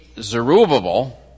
Zerubbabel